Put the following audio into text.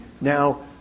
now